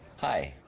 hi.